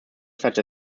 such